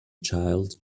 child